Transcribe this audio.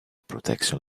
protection